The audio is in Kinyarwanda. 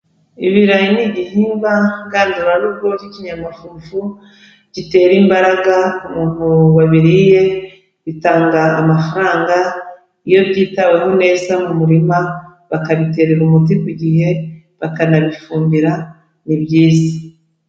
Ibirayi ni igihingwa ndandurarugo k'ikinyamafufu, gitera imbaraga ku muntu wabiriye, bitanga amafaranga iyo byitaweho neza mu murima, bakabiterera umuti ku gihe, bakanabifumbira ni byiza.